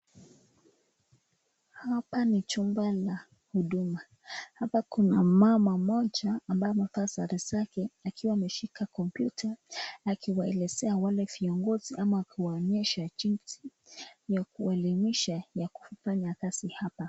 Hapa ni chumba la huduma, hapa kuna mama mmoja ambaye amevaa sare zake akiwa ameshika computer akiwaelezea wale vyongozi ama akiwaonyesha jinsi ya kuwaelimisha ya kufanya kazi hapa.